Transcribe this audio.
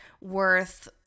worth